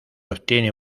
obtiene